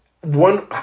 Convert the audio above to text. one